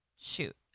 Shoot